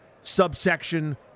subsection